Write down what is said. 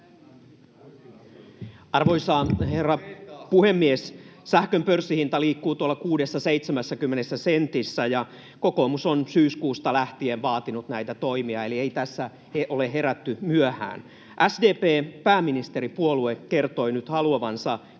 Arvoisa herra puhemies! Sähkön pörssihinta liikkuu tuolla 60—70 sentissä, ja kokoomus on syyskuusta lähtien vaatinut näitä toimia, eli ei tässä ole herätty myöhään. SDP, pääministeripuolue, kertoi nyt haluavansa 20 sentin